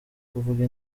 kuvuga